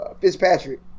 Fitzpatrick